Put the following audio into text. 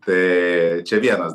tai čia vienas